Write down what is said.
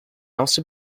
also